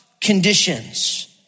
conditions